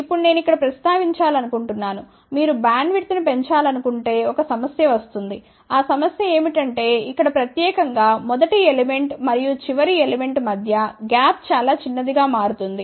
ఇప్పుడు నేను ఇక్కడ ప్రస్తావించాలనుకుంటున్నాను మీరు బ్యాండ్విడ్త్ను పెంచాలనుకుంటే ఒక సమస్య వస్తుంది ఆ సమస్య ఏమిటంటే ఇక్కడ ప్రత్యేకంగా మొదటి ఎలిమెంట్ మరియు చివరి ఎలిమెంట్ మధ్య గ్యాప్ చాలా చిన్నదిగా మారుతుంది